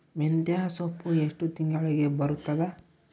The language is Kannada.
ಮೆಂತ್ಯ ಸೊಪ್ಪು ಎಷ್ಟು ತಿಂಗಳಿಗೆ ಬರುತ್ತದ?